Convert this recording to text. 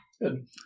Good